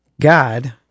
God